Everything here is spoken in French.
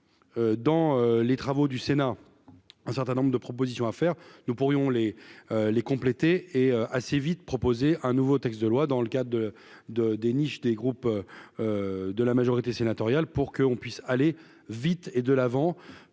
dans les travaux du Sénat, un certain nombre de propositions à faire, nous pourrions les les compléter et assez vite proposer un nouveau texte de loi dans le cadre de de des niches, des groupes de la majorité sénatoriale pour qu'on puisse aller vite et de l'avant,